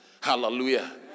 Hallelujah